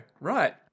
Right